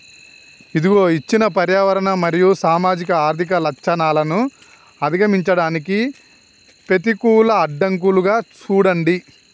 ఇదిగో ఇచ్చిన పర్యావరణ మరియు సామాజిక ఆర్థిక లచ్చణాలను అధిగమించడానికి పెతికూల అడ్డంకులుగా సూడండి